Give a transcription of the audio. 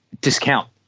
discount